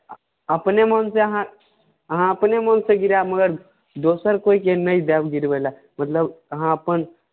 अपने मोनसँ अहाँ अहाँ अपने मोनसँ गिरायब मगर दोसर कोइके नहि देब गिरबै लए मतलब अहाँ अपन